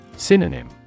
Synonym